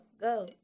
go